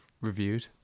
reviewed